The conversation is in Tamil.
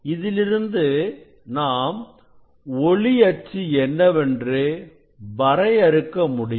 இதிலிருந்து நாம் ஒளி அச்சு என்னவென்று வரையறுக்க முடியும்